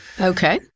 Okay